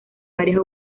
varias